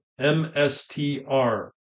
MSTR